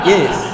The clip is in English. Yes